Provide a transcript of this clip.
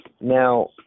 Now